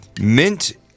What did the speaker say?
mint